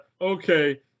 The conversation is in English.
okay